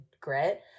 grit